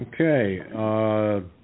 Okay